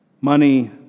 money